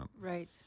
Right